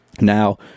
now